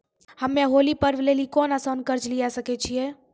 हम्मय होली पर्व लेली कोनो आसान कर्ज लिये सकय छियै?